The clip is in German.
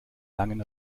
langen